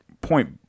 Point